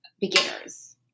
beginners